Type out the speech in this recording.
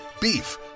Beef